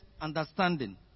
understanding